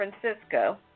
Francisco